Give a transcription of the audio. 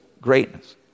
greatness